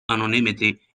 anonymity